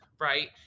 right